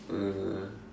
uh